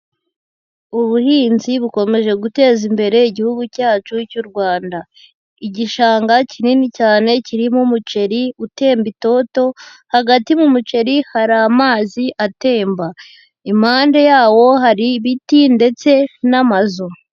Ubuhinzi bukomeje guteza imbere Igihugu cyacu cy'u Rwanda igishanga kinini cyane kirimo umuceri utemba itoto, hagati mu muceri hari amazi atemba, impande yawo hari ibiti ndetse n'amazu.